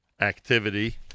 activity